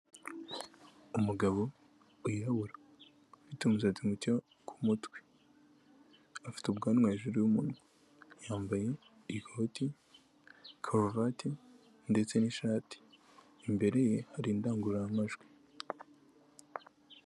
Umugabo wirabura ufite umusatsi mu muto ku mutwe afite ubwanwa hejuru y'umunwa yambaye ikoti karuvati ndetse n'ishati, imbere ye hari indangururamajwi.